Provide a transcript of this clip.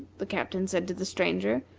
the captain said to the stranger,